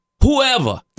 Whoever